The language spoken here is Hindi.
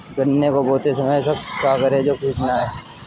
गन्ने को बोते समय ऐसा क्या करें जो कीट न आयें?